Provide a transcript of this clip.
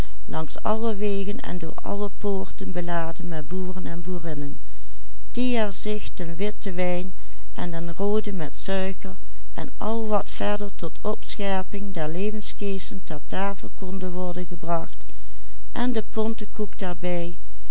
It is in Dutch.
den witten wijn en den rooden met suiker en al wat verder tot opscherping der levensgeesten ter tafel kon worden gebracht en de pontekoek daarbij